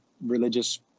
religious